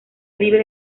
libre